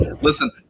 Listen